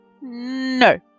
No